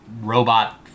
robot